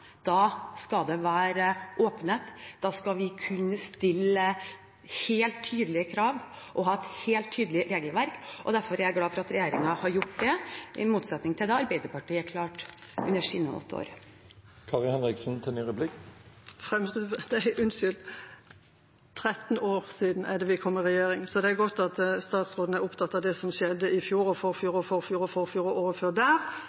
skal det være åpenhet, da skal vi kunne stille helt tydelige krav og ha et helt tydelig regelverk. Derfor er jeg glad for at regjeringen har gjort det, i motsetning til det Arbeiderpartiet klarte under sine åtte år. Det er 13 år siden vi kom i regjering, så det er godt at statsråden er opptatt av det som skjedde i fjor og i forfjor og i forfjor og året før der.